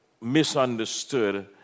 misunderstood